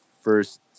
first –